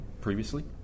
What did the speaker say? previously